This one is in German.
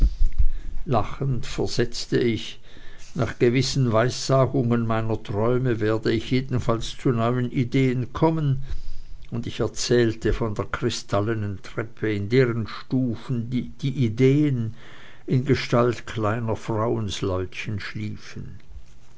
lachend versetzte ich nach gewissen weissagungen meiner träume werde ich jedenfalls zu neuen ideen kommen und ich erzählte von der kristallenen treppe in deren stufen die ideen in gestalt kleiner frauensleutchen schliefen